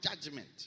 judgment